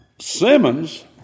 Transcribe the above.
Simmons